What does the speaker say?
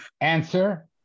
Answer